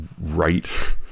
right